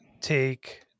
take